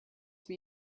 this